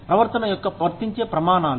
ప్రవర్తన యొక్క వర్తించే ప్రమాణాలు